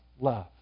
love